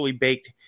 baked